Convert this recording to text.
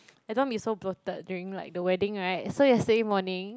I don't want to be so bloated during like the wedding right so yesterday morning